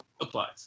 applies